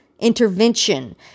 intervention